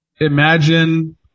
imagine